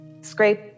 scrape